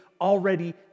already